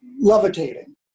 levitating